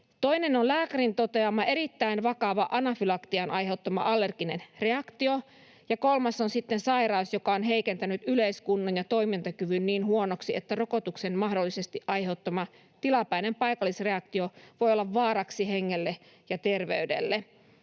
toinen on lääkärin toteama erittäin vakava anafylaksian aiheuttama allerginen reaktio; ja kolmas on sitten sairaus, joka on heikentänyt yleiskunnon ja toimintakyvyn niin huonoksi, että rokotuksen mahdollisesti aiheuttama tilapäinen paikallisreaktio voi olla vaaraksi hengelle ja terveydelle,